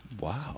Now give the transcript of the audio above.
Wow